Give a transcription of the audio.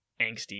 angsty